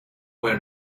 where